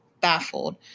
baffled